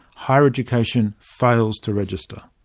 higher education fails to register.